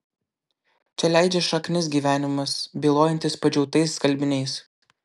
čia leidžia šaknis gyvenimas bylojantis padžiautais skalbiniais